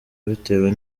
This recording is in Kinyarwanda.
bitewe